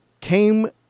came